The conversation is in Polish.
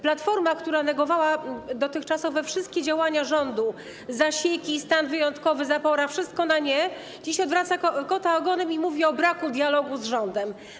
Platforma, która negowała dotychczasowe wszystkie działania rządu, zasieki, stan wyjątkowy, zaporę, we wszystkim była na nie, dzisiaj odwraca kota ogonem i mówi o braku dialogu z rządem.